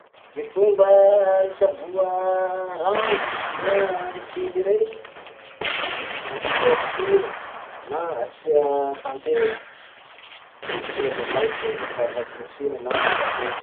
Gny fomba hitsaboa rangotsy na kihy rey: asia sira na asia tantely. Le tonga de maiky io lafa tratrin'ny sira na tantely.